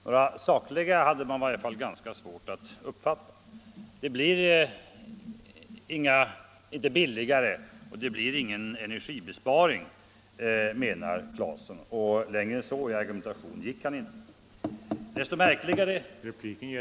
Några sakliga skäl hade man i varje fall ganska svårt att uppfatta. Det blir inte billigare och det blir ingen energibesparing, menar herr Claeson. Längre än så i argumentation gick han inte. Herr talman!